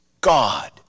God